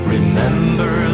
Remember